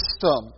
system